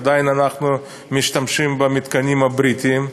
עדיין אנחנו משתמשים במתקנים הבריטיים,